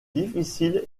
difficile